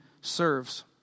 serves